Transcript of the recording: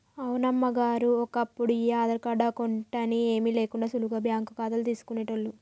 అవును అమ్మగారు ఒప్పుడు ఈ ఆధార్ కార్డు అకౌంట్ అని ఏమీ లేకుండా సులువుగా బ్యాంకు ఖాతాలు తీసుకునేటోళ్లు